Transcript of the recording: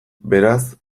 beraz